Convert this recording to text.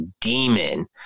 demon